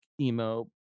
emo